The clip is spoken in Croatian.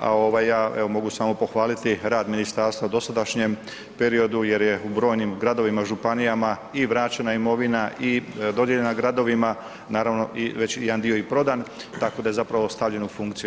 a ovaj ja evo mogu samo pohvaliti rad ministarstva u dosadašnjem periodu jer je u brojnim gradovima, županijama i vraćena imovina i dodijeljena gradovima, naravno već jedan dio i prodat tako da je zapravo stavljen u funkciju.